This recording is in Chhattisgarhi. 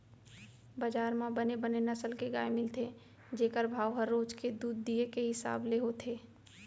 बजार म बने बने नसल के गाय मिलथे जेकर भाव ह रोज के दूद दिये के हिसाब ले होथे